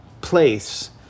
place